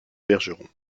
bergeron